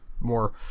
more